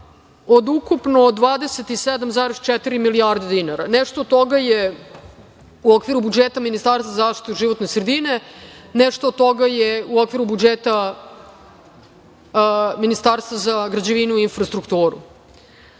od ukupno 27,4 milijarde dinara. Nešto od toga je u okviru budžeta Ministarstva za zaštitu životne sredine, nešto od toga je u okviru budžeta Ministarstva za građevinu i infrastrukturu. Vi